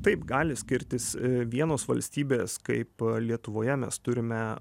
taip gali skirtis vienos valstybės kaip lietuvoje mes turime